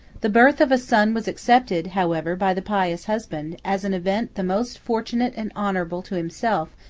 the birth of a son was accepted, however, by the pious husband, as an event the most fortunate and honorable to himself,